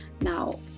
Now